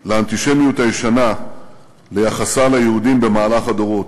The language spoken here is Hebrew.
לאנטישמיות הישנה, ליחסה ליהודים במהלך הדורות.